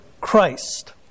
Christ